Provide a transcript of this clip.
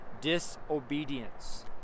disobedience